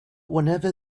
whenever